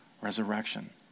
resurrection